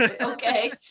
Okay